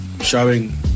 showing